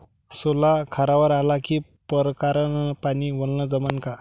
सोला खारावर आला का परकारं न पानी वलनं जमन का?